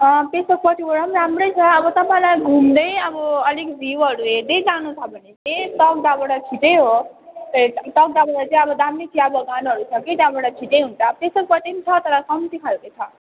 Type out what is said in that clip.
पेसोकपट्टिबाट पनि राम्रै छ अब तपाईँलाई घुम्दै अब अलिक भ्यूहरू हेर्दै जानु छ भने चाहिँ तकदाहबाट ठिकै हो तकदाहबाट चाहिँ अब दामी चियाबगानहरू छ कि त्यहाँबाट छिटै हुन्छ पेसोकपट्टि पनि छ तर कम्ती खालको छ